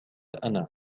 أنا